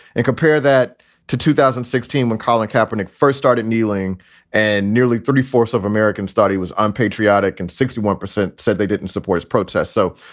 and compare that to two thousand and sixteen, when colin kaepernick first started kneeling and nearly three fourths of americans thought he was unpatriotic. and sixty one percent said they didn't support his protests. so,